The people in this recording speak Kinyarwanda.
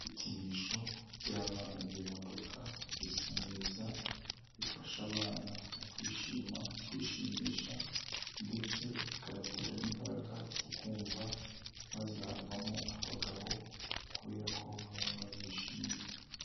Ibikinisho by'abana by'imodoka, bisa neza, bifasha abana mu kwishima, kwishimisha ndetse bikabatera n'mbaraga zo kumva, bazavamo abagabo kubera ko baba babyishimiye.